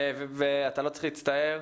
אתה לא צריך להצטער.